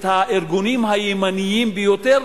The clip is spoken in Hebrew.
את הארגונים הימניים ביותר,